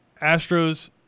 Astros